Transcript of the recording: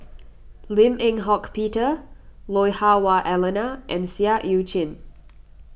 Lim Eng Hock Peter Lui Hah Wah Elena and Seah Eu Chin